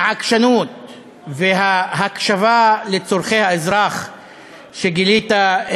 העקשנות וההקשבה לצורכי האזרח שגילית,